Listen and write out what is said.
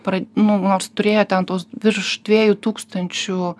pra nu nors turėjo ten tuos virš dviejų tūkstančių